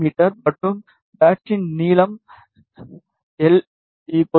me மற்றும் பேட்சின் நீளம் எல் 3